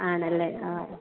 ആണല്ലേ ആ